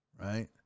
right